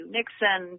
Nixon